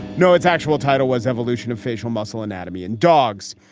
no, it's actual title was evolution of facial muscle anatomy in dogs.